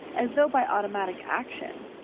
as though by automatic action.